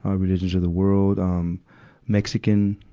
um religions of the world. um mexican,